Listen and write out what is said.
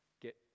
get